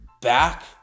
back